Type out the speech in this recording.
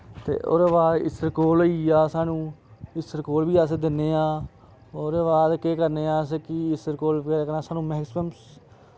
ते ओह्दे बाद इसबगोल होई गेआ साह्नू इसबगोल बी अस दिन्ने आं ओह्दे बाद केह् करने आं अस कि इसबगोल कन्नै साह्नू मैक्सिमम